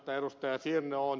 sirnö on